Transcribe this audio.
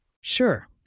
Sure